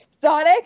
Sonic